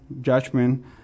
judgment